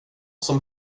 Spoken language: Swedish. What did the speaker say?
som